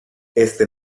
este